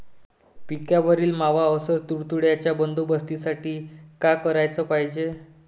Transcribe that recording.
पिकावरील मावा अस तुडतुड्याइच्या बंदोबस्तासाठी का कराच पायजे?